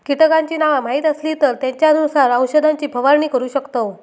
कीटकांची नावा माहीत असली तर त्येंच्यानुसार औषधाची फवारणी करू शकतव